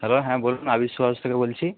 hello হ্যাঁ বলুন Adi shoe house থেকে বলছি